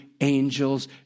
angels